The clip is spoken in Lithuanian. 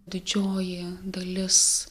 didžioji dalis